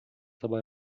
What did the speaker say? dabei